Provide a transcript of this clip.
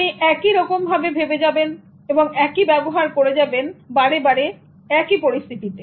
আপনি একই রকম ভাবে ভেবে যাবেন এবং একই ব্যবহার করে যাবেন বারে বারে একই পরিস্থিতিতে